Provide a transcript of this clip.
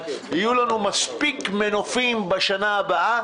יהיו לנו מספיק מנופים בשנה הבאה